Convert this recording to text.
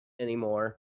anymore